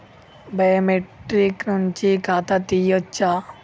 Biometric నుంచి ఖాతా తీయచ్చా?